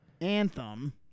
anthem